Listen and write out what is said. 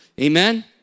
Amen